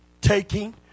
taking